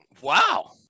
Wow